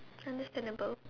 understandable